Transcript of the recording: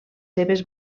seves